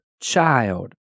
child